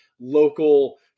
local